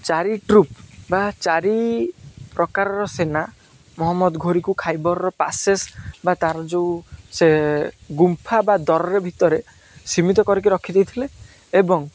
ଚାରି ଟ୍ରୃପ ବା ଚାରି ପ୍ରକାରର ସେନା ମହମଦ ଘରୀକୁ ଖାଇବରର ପାଶେସ୍ ବା ତାର ଯେଉଁ ସେ ଗୁମ୍ଫା ବା ଦରରେ ଭିତରେ ସୀମିତ କରିକି ରଖିଦେଇଥିଲେ ଏବଂ